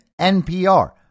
NPR